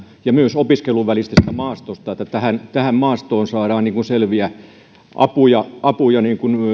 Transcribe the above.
ja myös opiskelun välisestä maastosta että tähän tähän maastoon saadaan selviä apuja apuja